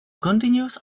continues